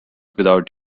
without